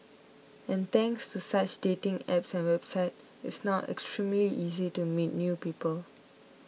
and thanks to such dating apps and websites it's now extremely easy to meet new people